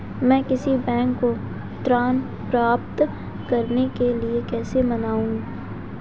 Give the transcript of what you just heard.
मैं किसी बैंक को ऋण प्राप्त करने के लिए कैसे मनाऊं?